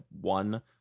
one